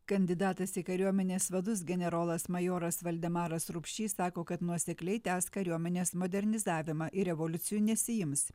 kandidatas į kariuomenės vadus generolas majoras valdemaras rupšys sako kad nuosekliai tęs kariuomenės modernizavimą ir revoliucijų nesiims